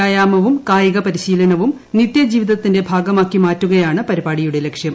വ്യായാമവും കായിക പരിശീലനവും നിത്യ ജീവിതത്തിന്റെ ഭാഗമാക്കി മാറ്റുകയാണ് പരിപാടിയുടെ ലക്ഷ്യം